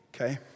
Okay